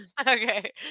Okay